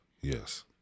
Yes